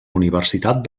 universitat